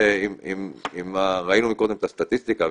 ראינו קודם את הסטטיסטיקה,